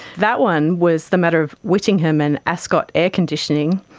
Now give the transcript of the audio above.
that one was the matter of whittingham and ascot air conditioning.